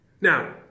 Now